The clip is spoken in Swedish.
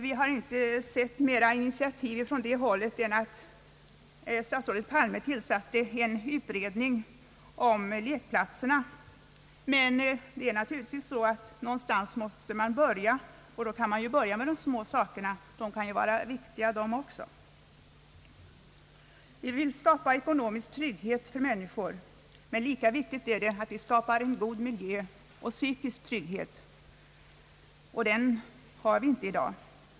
Vi har inte sett flera initiativ från det hållet än att statsrådet Palme tillsatte en utredning om lekplatserna, men det är naturligtvis så att någonstans måste man börja. Då kan man börja med de små sakerna. De kan ju vara viktiga de också. Vi vill skapa ekonomisk trygghet för människor, men lika viktigt är det att vi skapar en god miljö och psykisk trygghet. Den har vi inte i dag.